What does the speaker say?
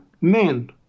men